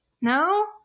No